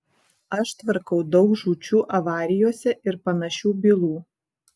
aš tvarkau daug žūčių avarijose ir panašių bylų